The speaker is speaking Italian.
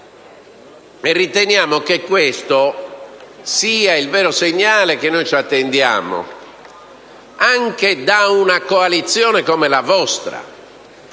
Riteniamo che questo sia il vero segnale che ci si deve attendere anche da una coalizione come la vostra,